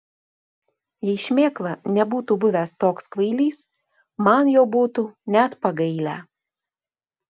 jei šmėkla nebūtų buvęs toks kvailys man jo būtų net pagailę